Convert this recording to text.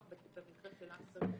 במקרה של ההחזר,